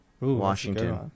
washington